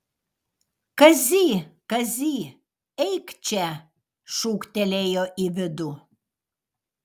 kazy kazy eik čia šūktelėjo į vidų